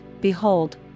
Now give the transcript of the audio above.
behold